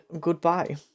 goodbye